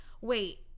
wait